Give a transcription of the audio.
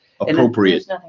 appropriate